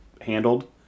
handled